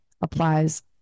applies